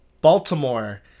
Baltimore